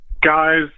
Guys